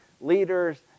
leaders